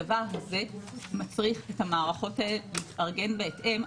הדבר הזה מצריך את המערכות האלה להתארגן בהתאם.